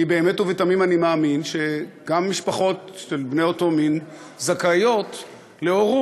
כי באמת ובתמים אני מאמין שגם משפחות של בני אותו מין זכאיות להורות,